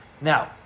Now